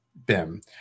BIM